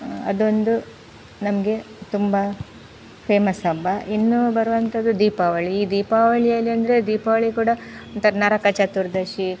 ಅದೊಂದು ನಮಗೆ ತುಂಬ ಫೇಮಸ್ ಹಬ್ಬ ಇನ್ನು ಬರುವಂಥದ್ದು ದೀಪಾವಳಿ ಈ ದೀಪಾವಳಿಯಲ್ಲಿ ಅಂದರೆ ದೀಪಾವಳಿ ಕೂಡ ಒಂಥರ ನರಕ ಚತುರ್ದಶಿ